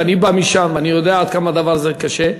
ואני בא משם ואני יודע עד כמה הדבר הזה קשה.